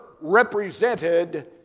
represented